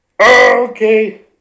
Okay